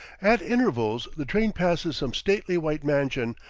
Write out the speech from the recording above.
at intervals the train passes some stately white mansion,